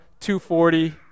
240